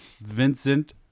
Vincent